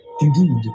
Indeed